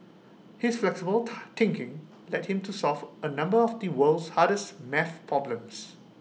his flexible tie thinking led him to solve A number of the world's hardest math problems